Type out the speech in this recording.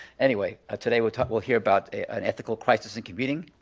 anyway, ah today, we'll we'll hear about ethical crisis in computing,